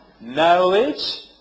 knowledge